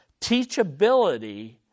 Teachability